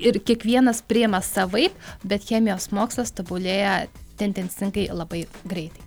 ir kiekvienas priima savaip bet chemijos mokslas tobulėja tendencingai labai greitai